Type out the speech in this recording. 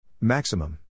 Maximum